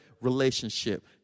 relationship